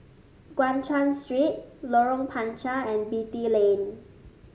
Guan Chuan Street Lorong Panchar and Beatty Lane